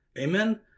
Amen